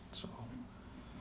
so